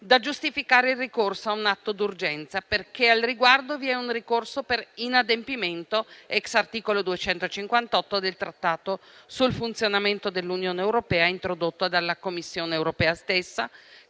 da giustificare il ricorso a un atto d'urgenza, perché al riguardo vi è un ricorso per inadempimento ex articolo 258 del Trattato sul funzionamento dell'Unione europea, introdotto dalla Commissione europea stessa,